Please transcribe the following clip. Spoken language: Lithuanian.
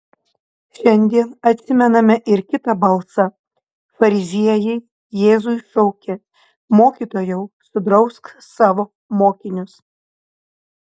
šiandien atsimename ir kitą balsą fariziejai jėzui šaukė mokytojau sudrausk savo mokinius